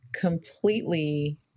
completely